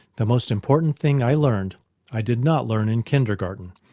the most important thing i learned i did not learn in kindergarten.